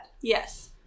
Yes